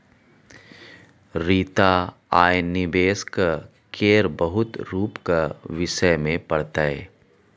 रीता आय निबेशक केर बहुत रुपक विषय मे पढ़तै